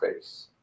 space